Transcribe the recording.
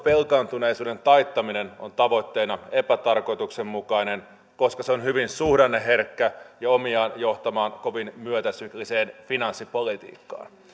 velkaantuneisuuden taittaminen on tavoitteena epätarkoituksenmukainen koska se on hyvin suhdanneherkkä ja omiaan johtamaan kovin myötäsykliseen finanssipolitiikkaan